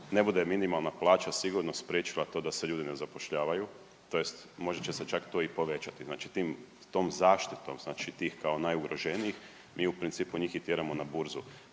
ne bude minimalna plaća sigurno spriječila to da se ljudi ne zapošljavaju, tj. možda će se čak to i povećati, znači tim, tom zaštitom znači tih kao najugroženijih mi u principu njih i tjeramo na Burzu.